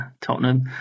Tottenham